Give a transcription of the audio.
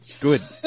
Good